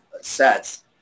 sets